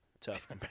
tough